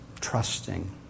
Trusting